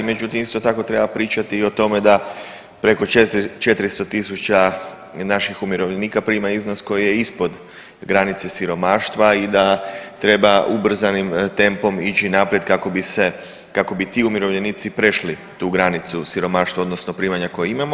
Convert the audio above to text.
Međutim, isto tako treba pričati i o tome da preko 400 000 naših umirovljenika prima iznos koji je ispod granice siromaštva i da treba ubrzanim tempom ići naprijed kako bi ti umirovljenici prešli tu granicu siromaštva, odnosno primanja koja imamo.